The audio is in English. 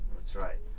that's right.